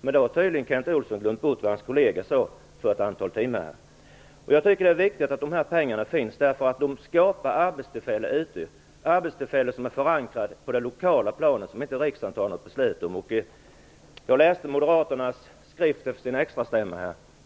Men nu har tydligen Kent Olsson glömt bort vad hans partikamrater sade för ett antal timmar sedan. Jag tycker att det är viktigt att de här pengarna finns - de skapar arbetstillfällen som är förankrade på det lokala planet, som inte riksdagen fattar något beslut om. Jag läste den skrift som gavs ut efter Moderaternas extra stämma.